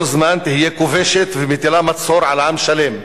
זמן להיות כובשת ומטילה מצור על עם שלם.